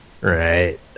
Right